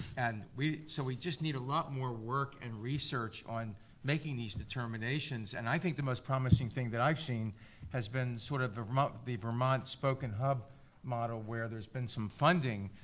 and so we just need a lot more work and research on making these determinations, and i think the most promising thing that i've seen has been sort of the vermont the vermont spoke-and-hub model where's there's been some funding,